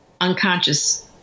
unconscious